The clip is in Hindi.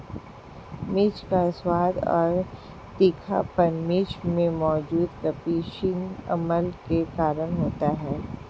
मिर्च का स्वाद और तीखापन मिर्च में मौजूद कप्सिसिन अम्ल के कारण होता है